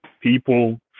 people